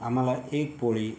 आम्हाला एक पोळी